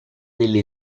delle